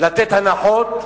לתת הנחות?